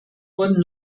wurden